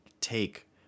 take